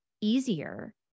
easier